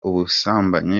ubusambanyi